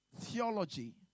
theology